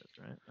right